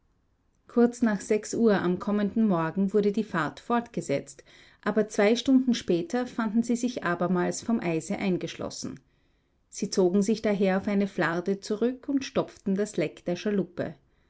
kurz nach sechs uhr am kommenden morgen wurde die fahrt fortgesetzt aber zwei stunden später fanden sie sich abermals vom eise eingeschlossen sie zogen sich daher auf eine flarde zurück und stopften das leck der schaluppe